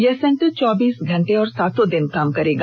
यह सेंटर चौबीस घंटे और सातों दिन काम करेगा